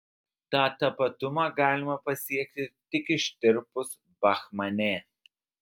tą tapatumą galima pasiekti tik ištirpus brahmane